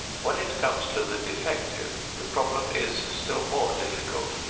when it comes to the defective, the problem is still more difficult.